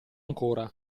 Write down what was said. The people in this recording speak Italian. ancora